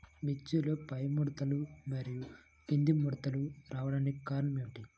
మిర్చిలో పైముడతలు మరియు క్రింది ముడతలు రావడానికి కారణం ఏమిటి?